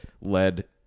led